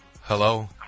Hello